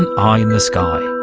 an eye in the sky.